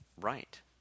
Right